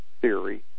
theory